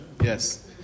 Yes